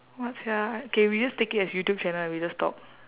what sia K we just take it as youtube channel and we just talk